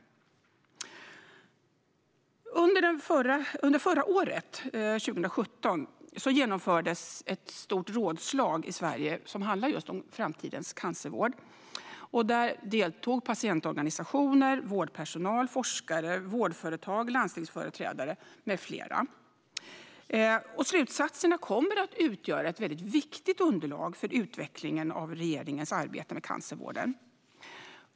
Under förra året, 2017, genomfördes ett stort rådslag i Sverige om framtidens cancervård. Där deltog patientorganisationer, vårdpersonal, forskare, vårdföretag, landstingsföreträdare med flera. Slutsatserna kommer att utgöra ett viktigt underlag för utvecklingen av regeringens arbete med cancervården.